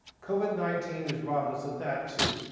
covid nineteen has robbed us of that too.